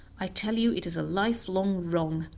i tell you it is a lifelong wrong,